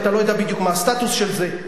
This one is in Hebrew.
ואתה לא יודע בדיוק מה הסטטוס של זה.